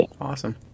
Awesome